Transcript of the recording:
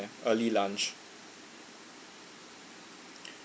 early lunch ya